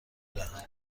دهم